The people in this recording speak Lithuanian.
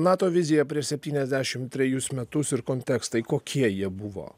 nato vizija prieš septyniasdešim trejus metus ir kontekstai kokie jie buvo